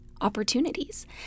opportunities